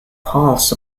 pulls